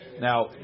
Now